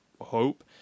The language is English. hope